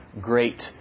Great